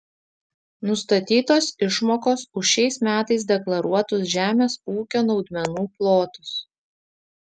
nustatytos išmokos už šiais metais deklaruotus žemės ūkio naudmenų plotus